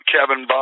Kevin